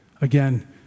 Again